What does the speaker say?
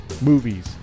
movies